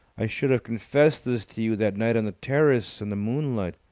i should have confessed this to you that night on the terrace in the moonlight.